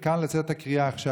צריכה מכאן לצאת הקריאה עכשיו.